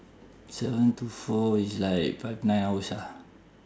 seven to four is like five nine hours ah